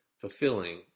fulfilling